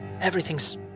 Everything's